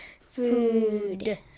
food